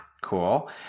Cool